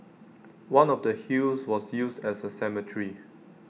one of the hills was used as A cemetery